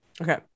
Okay